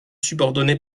subordonné